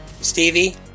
Stevie